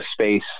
space